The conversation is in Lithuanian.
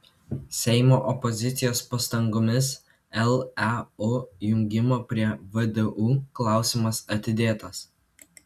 seimo opozicijos pastangomis leu jungimo prie vdu klausimas atidėtas